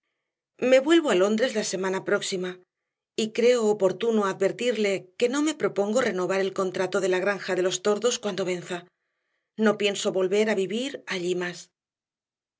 me vuelvo a londres la semana próxima y creo oportuno advertirle que no me propongo renovar el contrato de la granja de los tordos cuando venza no pienso volver a vivir allí más